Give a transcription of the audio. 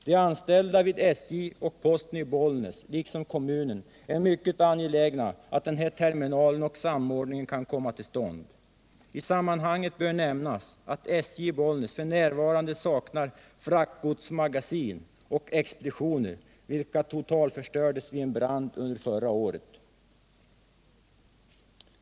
De anställda vid SJ och posten i Bollnäs liksom kommunen är mycket angelägna om at den här terminalen och samordningen kommer till stånd. I sammanhanget bör nämnas att SJ i Bollnäs f. n. saknar fraktgodsmagasin och expeditioner, vilka totalförstördes vid en brand under förra året.